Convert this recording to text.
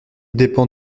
dépend